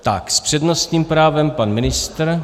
S přednostním právem pan ministr.